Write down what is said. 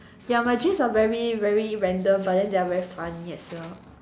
ya my dreams are very very random but then they are very funny as well